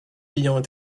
ayant